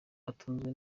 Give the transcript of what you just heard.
atunzwe